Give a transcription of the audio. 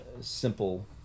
simple